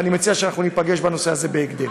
ואני מציע שניפגש בנושא הזה בהקדם.